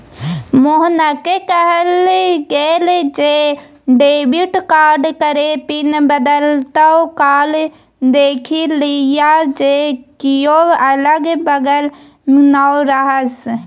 मोहनकेँ कहल गेल जे डेबिट कार्ड केर पिन बदलैत काल देखि लिअ जे कियो अगल बगल नै रहय